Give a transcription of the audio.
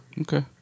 okay